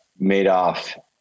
Madoff